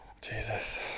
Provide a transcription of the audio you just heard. Jesus